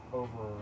over